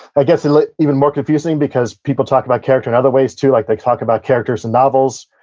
i guess, like even more confusing, because people talk about character in other ways too. like, they talk about characters in novels,